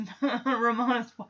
Ramona's